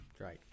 Right